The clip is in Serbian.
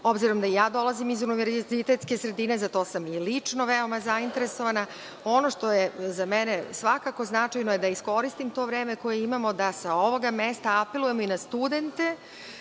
obzirom da dolazim iz univerzitetske sredine, za to sam i lično veoma zainteresovana. Ono što je za mene svakako značajno je da iskoristimo to vreme koje imamo, da sa ovoga mesta apelujemo i na studente,